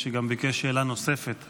שגם ביקש שאלה נוספת,